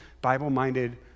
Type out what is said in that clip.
Bible-minded